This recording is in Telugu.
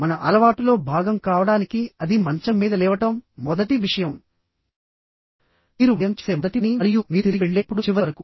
మన అలవాటులో భాగం కావడానికి అది మంచం మీద లేవడం మొదటి విషయం మీరు ఉదయం చేసే మొదటి పని మరియు మీరు తిరిగి వెళ్ళేటప్పుడు చివరి వరకు